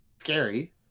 scary